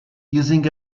using